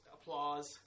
applause